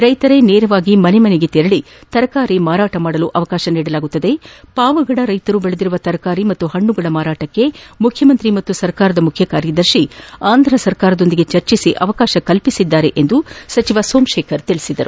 ರೈತರೆ ನೇರವಾಗಿ ಮನೆ ಮನೆಗೆ ತೆರಳಿ ತರಕಾರಿ ಮಾರಲು ಅವಕಾಶ ನೀಡಲಾಗುವುದು ಪಾವಗಡ ರೈತರು ಬೆಳೆದ ತರಕಾರಿ ಹಾಗೂ ಹಣ್ಣುಗಳ ಮಾರಾಟಕ್ಕೆ ಮುಖ್ಯಮಂತ್ರಿ ಹಾಗೂ ಸರ್ಕಾರದ ಮುಖ್ಯ ಕಾರ್ಯದರ್ಶಿಗಳು ಆಂಧ್ರ ಸರ್ಕಾರದೊಂದಿಗೆ ಚರ್ಚಿಸಿ ಅವಕಾಶ ಕಲ್ಪಿಸಿದ್ದಾರೆ ಎಂದು ಸಚಿವ ಸೋಮಶೇಖರ್ ತಿಳಿಸಿದರು